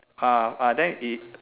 uh uh then it